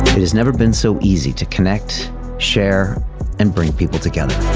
it has never been so easy to connect share and bring people together